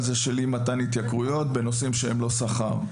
אי מתן התייקרויות בנושאים שהם לא שכר.